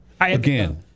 again